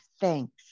thanks